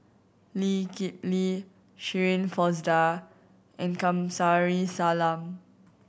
Lee Kip Lee Shirin Fozdar and Kamsari Salam